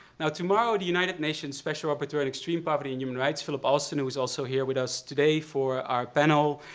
now tomorrow the united nations special but rapporteur on extreme poverty and human rights, philip alston who is also here with us today for our panel,